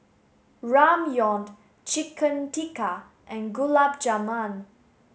Ramyeon Chicken Tikka and Gulab Jamun